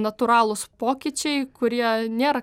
natūralūs pokyčiai kurie nėra